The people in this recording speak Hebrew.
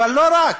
אבל לא רק.